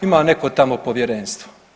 Ima neko tamo povjerenstvo.